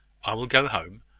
i will go home,